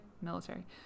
military